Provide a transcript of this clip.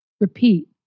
Repeat